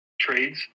trades